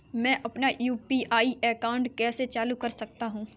मैं अपना UPI account कैसे चालू कर सकता हूँ?